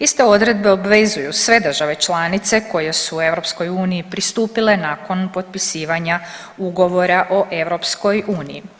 Iste odredbe obvezuju sve države članice koje su EU pristupile nakon potpisivanja ugovora o EU.